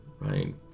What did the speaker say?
right